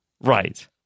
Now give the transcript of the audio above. right